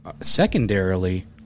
secondarily